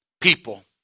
people